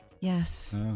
Yes